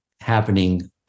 happening